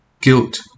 guilt